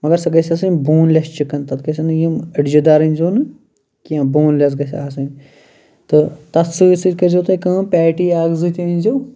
مگر سۄ گَژھِ آسٕنۍ بون لیٚس چِکَن تَتھ گَژھن نہٕ یِم أڑجہِ دار أنۍ زیٚو نہٕ کینٛہہ بون لیٚس گَژھِ آسٕنۍ تہٕ تَتھ سۭتۍ سۭتۍ کٔر زیٚو تُہۍ کٲم پیٹی اَکھ زٕ تہِ أنۍ زیٚو